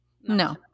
no